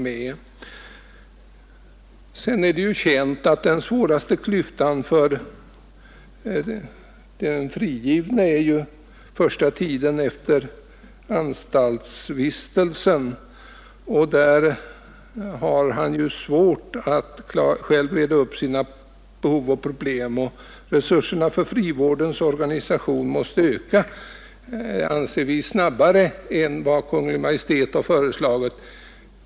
Det är känt att den svåraste klyftan för den frigivne är första tiden efter anstaltsvistelsen. Han har svårt att själv reda upp sina behov och problem. Vi anser att resurserna för frivårdens organ måste öka snabbare än vad Kungl. Maj:t har föreslagit.